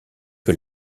que